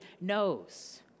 knows